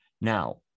Now